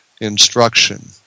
instruction